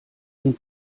den